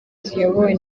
ziyobowe